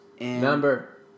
Number